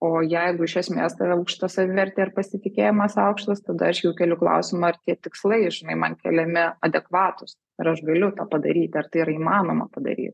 o jeigu iš esmės tai yra aukšta savivertė ir pasitikėjimas aukštas tada aš jau keliu klausimą ar tie tikslai žinai man keliami adekvatūs ir aš galiu tą padaryti ar tai yra įmanoma padaryt